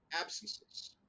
absences